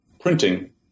printing